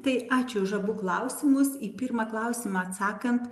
tai ačiū už abu klausimus į pirmą klausimą atsakant